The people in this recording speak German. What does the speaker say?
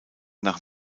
nach